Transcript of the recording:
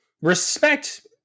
respect